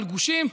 הגושים,